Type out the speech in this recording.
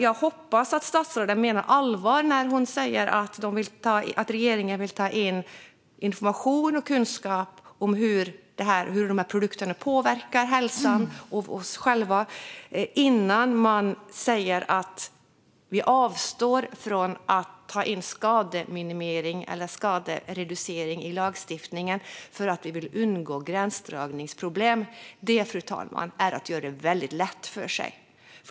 Jag hoppas att statsrådet menar allvar när hon säger att regeringen vill ta in information och kunskap om hur dessa produkter påverkar vår hälsa innan man säger att man avstår från att ta in skadereducering i lagstiftningen för att man vill undgå gränsdragningsproblem. Det är nämligen att göra det väldigt lätt för sig.